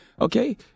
Okay